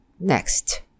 Next